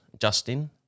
Justin